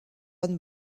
von